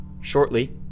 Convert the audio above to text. Shortly